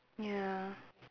ya